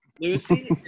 Lucy